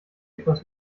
etwas